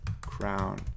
Crown